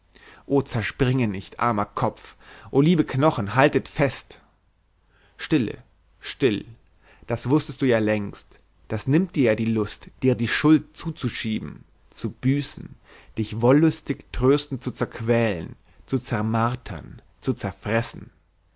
o zerspringe nicht armer kopf o liebe knochen haltet fest stille still das wußtest du ja längst das nimmt dir ja die lust dir die schuld zuzuschieben zu büßen dich wollüstig tröstend zu zerquälen zu zermartern zu zerfressen